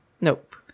Nope